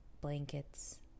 blankets